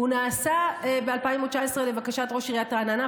הוא נעשה ב-2019 לבקשת ראש עיריית רעננה,